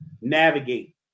navigate